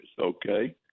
okay